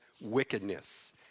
wickedness